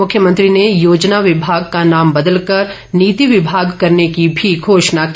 मुख्यमंत्री ने योजना विभाग का नाम बदलकर नीति विभाग करने की भी घोषणा की